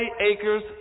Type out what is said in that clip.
acres